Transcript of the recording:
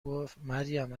گفتمریم